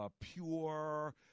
pure